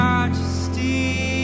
Majesty